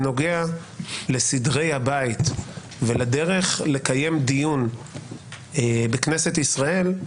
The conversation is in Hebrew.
בנוגע לסדרי הבית ולדרך לקיים דיון בכנסת ישראל,